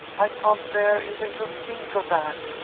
i can't bear even to think of that.